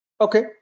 okay